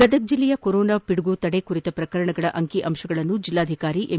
ಗದಗ ಜಿಲ್ಲೆಯ ಕೊರೊನಾ ಪಿಡುಗು ತಡೆ ಕುರಿತ ಪ್ರಕರಣಗಳ ಅಂಕಿ ಅಂಶಗಳನ್ನು ಜಿಲ್ಲಾಧಿಕಾರಿ ಎಂ